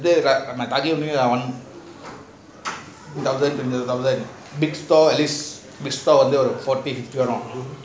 two thousand big store at least ஒரு:oru forty fifty வரும்:varum